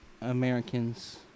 Americans